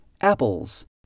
apples